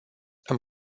îmi